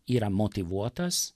yra motyvuotas